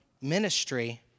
ministry